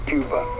Cuba